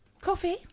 Coffee